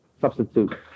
substitute